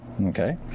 Okay